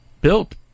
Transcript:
built